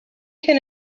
can